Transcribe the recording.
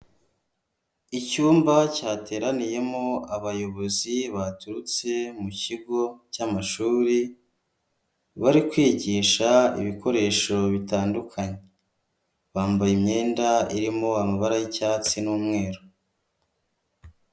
Icyumba cyateraniyemo abayobozi baturutse mu kigo cy'amashuri, bari kwigisha ibikoresho bitandukanye, bambaye imyenda irimo amabara y'icyatsi n'umweru.